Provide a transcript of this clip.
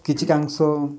କିଛିିକାଂଶ